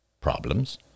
problems